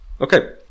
Okay